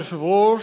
אדוני היושב-ראש,